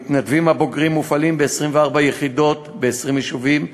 המתנדבים הבוגרים מופעלים ב-24 יחידות ב-20 יישובים,